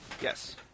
Yes